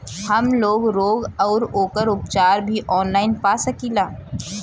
हमलोग रोग अउर ओकर उपचार भी ऑनलाइन पा सकीला?